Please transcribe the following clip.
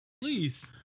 Please